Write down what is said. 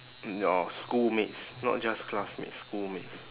mm your schoolmates not just classmates schoolmates